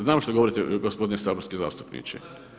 Znam što govorite gospodine saborski zastupniče.